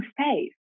space